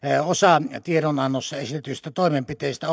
osa tiedonannossa esitetyistä toimenpiteistä